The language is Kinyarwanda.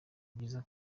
byiza